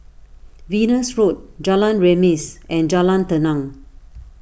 Venus Road Jalan Remis and Jalan Tenang